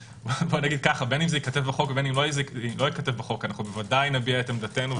בין אם זה ייכתב בחוק ובין אם זה לא ייכתב בחוק עדיין נביע את עמדתנו.